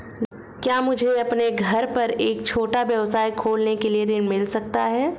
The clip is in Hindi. क्या मुझे अपने घर पर एक छोटा व्यवसाय खोलने के लिए ऋण मिल सकता है?